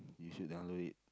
you should download it